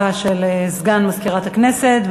הודעה לסגן מזכירת הכנסת,